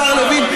השר לוין,